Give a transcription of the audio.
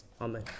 Amen